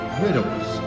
riddles